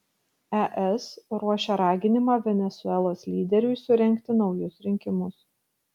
es ruošia raginimą venesuelos lyderiui surengti naujus rinkimus